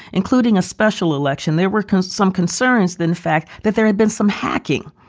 including a special election, there were kind of some concerns than fact that there had been some hacking.